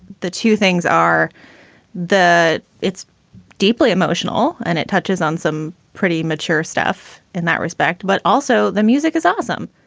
the two things are that it's deeply emotional and it touches on some pretty mature stuff in that respect. but also the music is awesome.